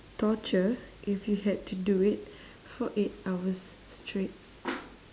torture if you had to do it for eight hours straight